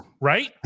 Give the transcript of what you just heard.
right